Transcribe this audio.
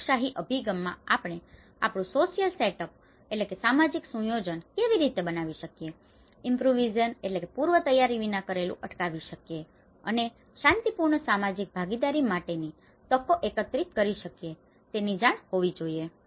આ લોકશાહી અભિગમમાં આપણે આપણું સોશિયલ સેટઅપ democratic approach સામાજિક સુયોજન કેવી રીતે બનાવી શકીએ ઇમ્પ્રુવિઝેશન improvisation પૂર્વતૈયારી વિના કરેલું અટકાવી શકીએ અને શાંતિપૂર્ણ સામાજિક ભાગીદારી માટેની તકો એકત્રીત કરી શકીએ તેની જાણ હોવી જોઈએ